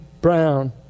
Brown